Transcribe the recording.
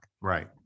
Right